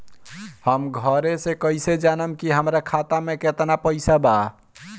हम घरे से कैसे जानम की हमरा खाता मे केतना पैसा बा?